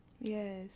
yes